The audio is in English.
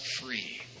free